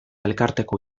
elkarteko